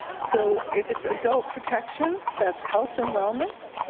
so if it's adult protection, that's health and wellness.